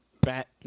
bat